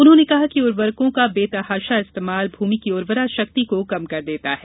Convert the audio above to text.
उन्होंने कहा कि उर्वरकों का बेतहाशा इस्तेमाल भूमि की उर्वरा शक्ति को कम कर देता है